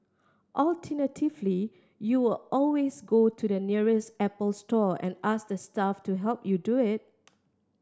alternatively you were always go to the nearest Apple store and ask the staff to help you do it